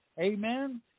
Amen